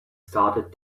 started